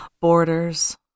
borders